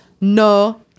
no